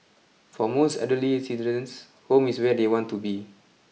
for most elderly citizens home is where they want to be